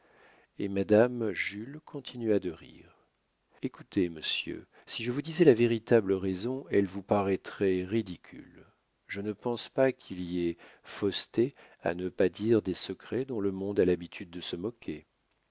et madame jules continua de rire écoutez monsieur si je vous disais la véritable raison elle vous paraîtrait ridicule je ne pense pas qu'il y ait fausseté à ne pas dire des secrets dont le monde a l'habitude de se moquer